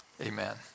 Amen